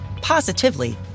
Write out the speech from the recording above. positively